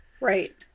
right